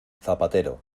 zapatero